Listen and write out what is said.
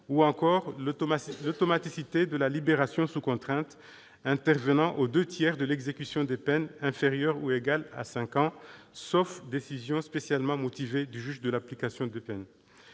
ou encore l'automaticité de la libération sous contrainte aux deux tiers de l'exécution des peines inférieures ou égales à cinq ans, sauf décision spécialement motivée du juge de l'application des peines.